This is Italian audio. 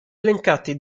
elencati